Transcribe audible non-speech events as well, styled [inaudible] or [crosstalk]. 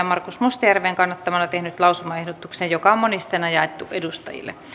[unintelligible] markus mustajärven kannattamana tehnyt lausumaehdotuksen joka on monisteena jaettu edustajille